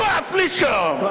affliction